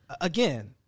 again